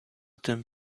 tym